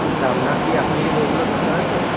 আচ্ছা আপনার কি এখনই বইগুলো দরকার আছে